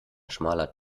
schmaler